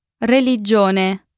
Religione